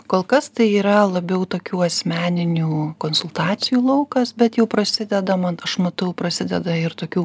kol kas tai yra labiau tokių asmeninių konsultacijų laukas bet jau prasideda man aš matau prasideda ir tokių